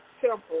temple